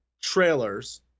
trailers